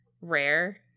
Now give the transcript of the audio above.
rare